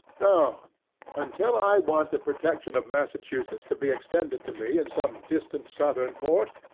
no until i want the protection of massachusetts to be extended to me in some distant southern port,